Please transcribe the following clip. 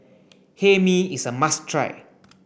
Hae Mee is a must try